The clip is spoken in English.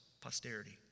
posterity